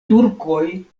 turkoj